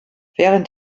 während